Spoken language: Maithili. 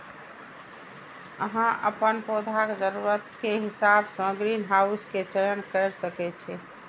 अहां अपन पौधाक जरूरत के हिसाब सं ग्रीनहाउस के चयन कैर सकै छी